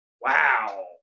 wow